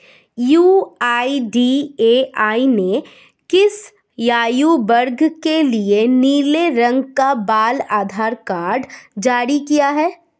UIDAI ने किस आयु वर्ग के लिए नीले रंग का बाल आधार कार्ड जारी किया है?